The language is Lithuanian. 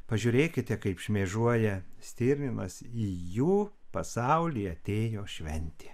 pažiūrėkite kaip šmėžuoja stirninas į jų pasaulį atėjo šventė